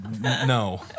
No